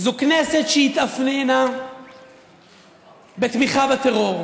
זו כנסת שהתאפיינה בתמיכה בטרור,